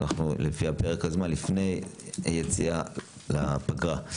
לפני היציאה לפגרה.